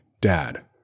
Dad